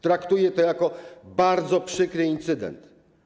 Traktuję to jako bardzo przykry incydent.